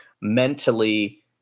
mentally